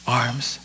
arms